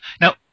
Now